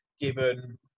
given